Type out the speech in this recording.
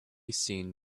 seen